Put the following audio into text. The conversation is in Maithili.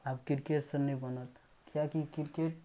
आब किरकेटसँ नहि बनत किएकि किरकेट